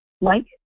Mike